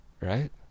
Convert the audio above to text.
Right